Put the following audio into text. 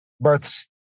births